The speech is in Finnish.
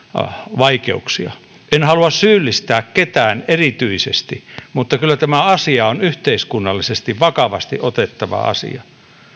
vaikeuksia en halua syyllistää ketään erityisesti mutta kyllä tämä asia on yhteiskunnallisesti vakavasti otettava asia